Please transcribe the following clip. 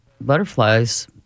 butterflies